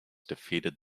defeated